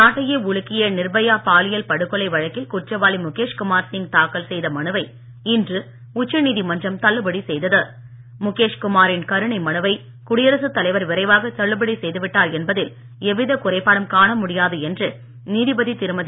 நாட்டையே உலுக்கிய நிர்பயா பாலியல் படுகொலை வழக்கில் குற்றவாளி முகேஷ் குமார் சிங் தாக்கல் செய்த மனுவை இன்று உச்சநீதிமன்றம் தள்ளுபடி செய்த்து முக்கேஷ் குமாரின் கருணை மனுவை குடியரசுத் தலைவர் விரைவாக தள்ளுபடி செய்துவிட்டார் என்பதில் எவ்வித குறைபாடும் காண முடியாது என்று நீதிபதி திருமதி